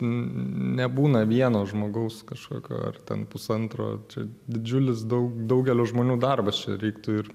nebūna vieno žmogaus kažkokio ar ten pusantro čia didžiulis daug daugelio žmonių darbas čia reiktų ir